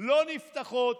לא נפתחות.